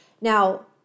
Now